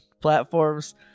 platforms